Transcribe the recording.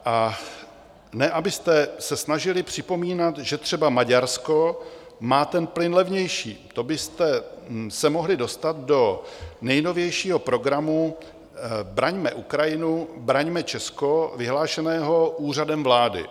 A ne abyste se snažili připomínat, že třeba Maďarsko má ten plyn levnější, to byste se mohli dostat do nejnovějšího programu Braňme Ukrajinu, braňme Česko, vyhlášeného Úřadem vlády.